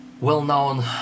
well-known